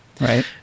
right